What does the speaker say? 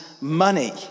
money